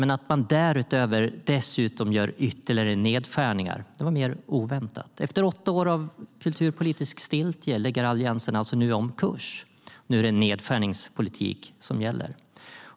Men att man därutöver gör ytterligare nedskärningar var mer oväntat. Efter åtta år av kulturpolitisk stiltje lägger Alliansen alltså nu om kurs. Nu är det nedskärningspolitik som gäller.